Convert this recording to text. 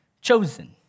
chosen